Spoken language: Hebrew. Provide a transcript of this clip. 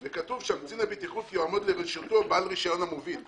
כתוב שם: קצין הבטיחות יעמוד לרשותו בעל רשיון המוביל.